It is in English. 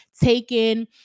taken